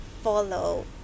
follow